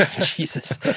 Jesus